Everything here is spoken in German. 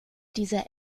dieser